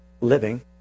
living